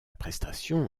prestation